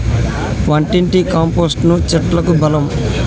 వంటింటి కంపోస్టును చెట్లకు బలం